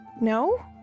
No